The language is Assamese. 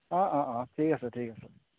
অঁ অঁ ঠিক আছে ঠিক আছে